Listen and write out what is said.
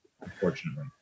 unfortunately